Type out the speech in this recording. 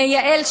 ליעל,